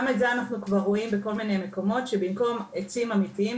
גם את זה אנחנו כבר רואים בכל מיני מקומות שבמקום עצים אמיתיים,